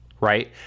right